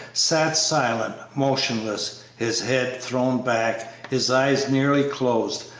sat silent, motionless, his head thrown back, his eyes nearly closed,